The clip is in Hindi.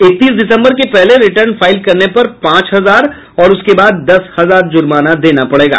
इकतीस दिसंबर के पहले रिटर्न फाइल करने पर पांच हजार और उसके बाद दस हजार जुर्माना देना पड़ेगा